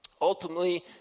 Ultimately